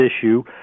issue